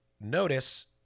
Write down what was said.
notice